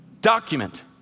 document